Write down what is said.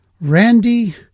Randy